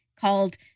called